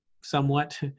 somewhat